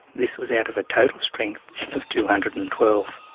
this was out of a total strength of two hundred and twelve.